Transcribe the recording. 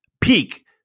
peak